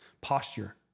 posture